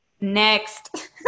next